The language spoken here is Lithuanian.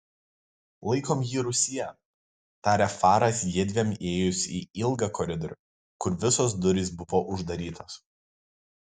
laikom jį rūsyje tarė faras jiedviem įėjus į ilgą koridorių kur visos durys buvo uždarytos